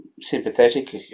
sympathetic